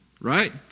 Right